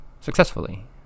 successfully